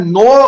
no